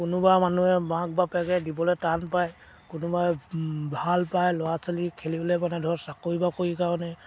কোনোবা মানুহে মাক বাপেকে দিবলৈ টান পায় কোনোবাই ভাল পায় ল'ৰা ছোৱালী খেলিবলৈ পঠায় ধৰ চাকৰি বাকৰিৰ কাৰণে